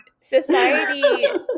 Society